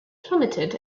plummeted